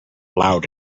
loud